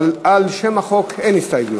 אבל לשם החוק אין הסתייגויות.